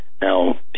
Now